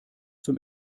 zum